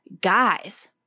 guys